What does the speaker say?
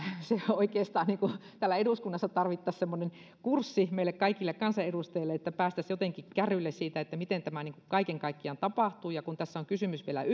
oikeastaan täällä eduskunnassa tarvittaisiin semmoinen kurssi meille kaikille kansanedustajille että päästäisiin jotenkin kärryille siitä miten tämä kaiken kaikkiaan tapahtuu kun tässä on kysymys vielä